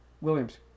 Williams